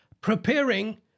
Preparing